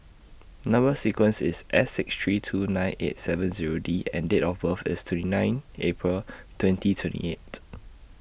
Number sequence IS S six three two nine eight seven Zero D and Date of birth IS twenty nine April twenty twenty eight